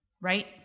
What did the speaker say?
right